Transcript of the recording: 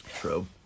True